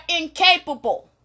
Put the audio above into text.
incapable